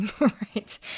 Right